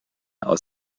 aus